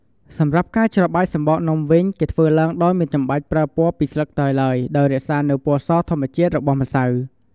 សម្រាប់ការច្របាច់ម្សៅសំបកនំវិញ គឺធ្វើឡើងដោយមិនចាំបាច់ប្រើពណ៌ពីស្លឹកតើយឡើយ ដោយរក្សានូវពណ៌សធម្មជាតិរបស់ម្សៅ។